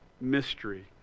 mystery